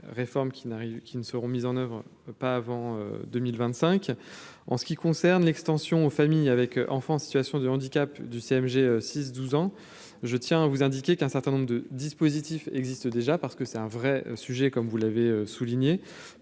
n'arrive qu'ils ne seront mises en oeuvre, pas avant 2025. En ce qui concerne l'extension aux familles avec enfants en situation de handicap du CMG 6 12 ans je tiens à vous indiquer qu'un certain nombre de dispositifs existent déjà parce que c'est un vrai sujet, comme vous l'avez souligné